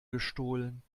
gestohlen